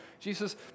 Jesus